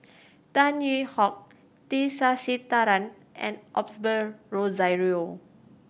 Tan Hwee Hock T Sasitharan and Osbert Rozario